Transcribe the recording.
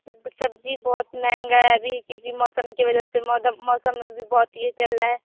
अब सब्ज़ी बहुत महँगा है अभी क्योंकि मौसम की वजह से मोदम मौसम में भी बहुत यये चल रहा है